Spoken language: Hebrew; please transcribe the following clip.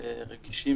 ושתיים,